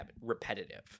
repetitive